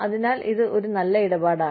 അതിനാൽ ഇത് ഒരു നല്ല ഇടപാടാണ്